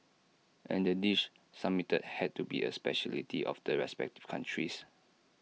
and the dish submitted had to be A speciality of the respective countries